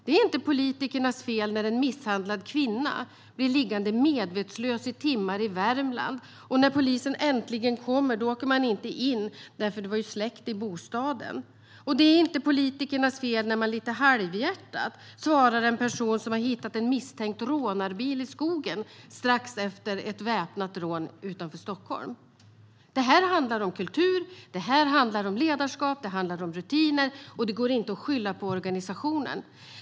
Det är inte politikernas fel när en misshandlad kvinna i Värmland blir liggande medvetslös i timmar och polisen - när man äntligen kommer - inte går in eftersom det är släckt i bostaden. Det är inte politikernas fel när man lite halvhjärtat svarar en person som har hittat en misstänkt rånarbil i skogen strax efter ett väpnat rån utanför Stockholm. Det här handlar om kultur, ledarskap och rutiner, och det går inte att skylla på organisationen.